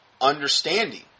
understanding